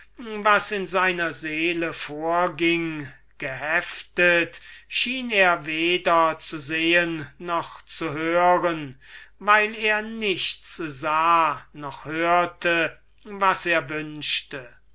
was in seiner seele vorging schien er weder zu sehen noch zu hören weil er nichts sah oder hörte was er wünschte